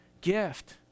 gift